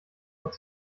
sich